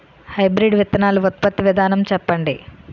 Hybrid విత్తనాలు ఉత్పత్తి విధానం చెప్పండి?